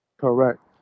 Correct